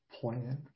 plan